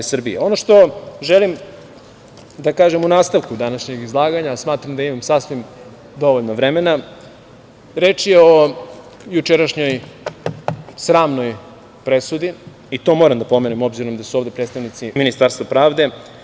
Ono što želim da kažem u nastavku današnjeg izlaganja, a smatram da imam sasvim dovoljno vremena, reč je o jučerašnjoj sramnoj presudi i to moram da pomenem obzirom da su ovde predstavnici Ministarstva pravde.